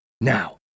Now